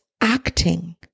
acting